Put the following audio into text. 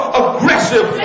aggressive